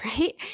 right